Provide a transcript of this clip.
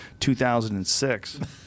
2006